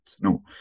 No